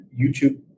youtube